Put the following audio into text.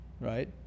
right